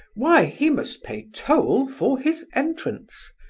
why, he must pay toll for his entrance,